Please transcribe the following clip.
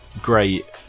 great